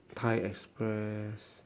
thai express